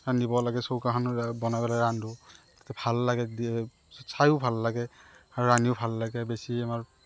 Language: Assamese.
আনিব লাগে চৌকাখনত বনাই পেলাই ৰান্ধোঁ তাতে ভাল লাগে দে চায়ো ভাল লাগে আৰু ৰান্ধিও ভাল লাগে বেছি আমাৰ